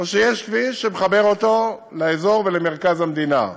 או שיש כביש שמחבר אותו לאזור ולמרכז המדינה,